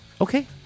Okay